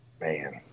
Man